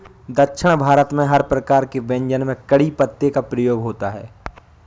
दक्षिण भारत में हर प्रकार के व्यंजन में कढ़ी पत्ते का प्रयोग होता है